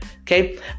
Okay